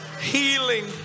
healing